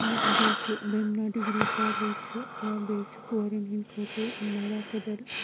بیٚیہِ چھُ Bemina degree college چھُ یا بیٚیہِ چھُ کورِیَن ہٕنٛدِ خٲطرٕ نَوا کٔدٕل